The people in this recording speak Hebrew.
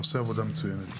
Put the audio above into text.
עושה עבודה מצוינת.